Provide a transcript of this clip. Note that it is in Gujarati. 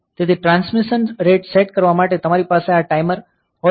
તેથી ટ્રાન્સમિશન રેટ સેટ કરવા માટે તમારી પાસે આ ટાઈમર હોઈ શકે છે